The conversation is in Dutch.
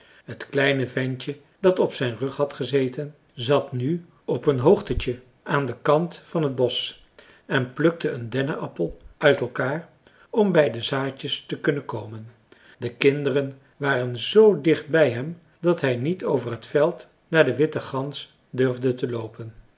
t kleine ventje dat op zijn rug had gezeten zat nu op een hoogtetje aan den kant van t bosch en plukte een dennenappel uit elkaar om bij de zaadjes te kunnen komen de kinderen waren z dicht bij hem dat hij niet over het veld naar de witte gans durfde te loopen